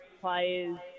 players